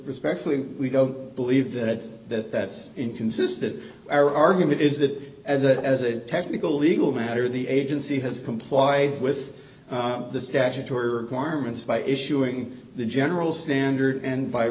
respectfully we go believe that that that's inconsistent our argument is that as a as a technical legal matter the agency has complied with the statutory requirements by issuing the general standard and b